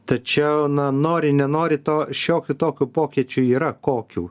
tačiau na nori nenori to šiokių tokių pokyčių yra kokių